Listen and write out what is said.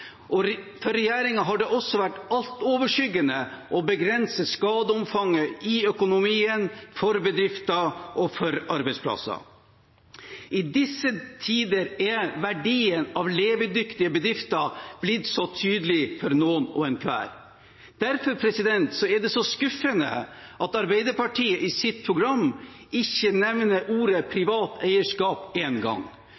For regjeringen har det også vært altoverskyggende å begrense skadeomfanget i økonomien for bedrifter og for arbeidsplasser. I disse tider er verdien av levedyktige bedrifter blitt tydelig for noen hver. Derfor er det så skuffende at Arbeiderpartiet i sitt program ikke nevner